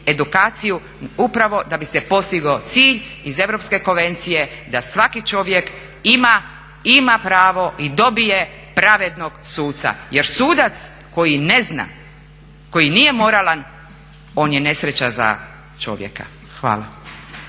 edukaciju upravo da bi se postigao cilj iz Europske konvencije da svaki čovjek ima pravo i dobije pravednog suca, jer sudac koji ne zna, koji nije moralan on je nesreća za čovjeka. Hvala.